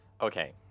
Okay